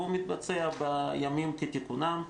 והוא מתבצע בימים כתיקונם.